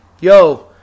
yo